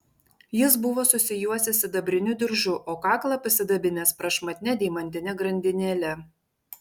jis buvo susijuosęs sidabriniu diržu o kaklą pasidabinęs prašmatnia deimantine grandinėle